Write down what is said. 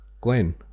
glenn